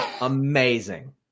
amazing